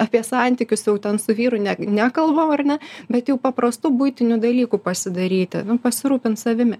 apie santykius jau ten su vyru ne nekalbam ar ne bet jau paprastų buitinių dalykų pasidaryti pasirūpint savimi